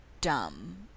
dumb